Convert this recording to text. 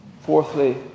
Fourthly